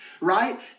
right